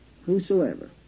whosoever